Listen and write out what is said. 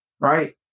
Right